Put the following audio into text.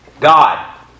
God